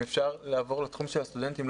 אם אפשר לעבור לתחום של הסטודנטים,